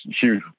huge